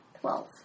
twelve